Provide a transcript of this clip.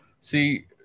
See